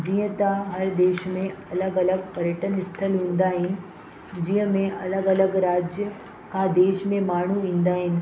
जीअं त हर देश में अलॻि अलॻि पर्यटक स्थल हूंदा आहिनि जीअं में अलॻि अलॻि राज्य आदेश में माण्हू ईंदा आहिनि